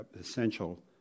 essential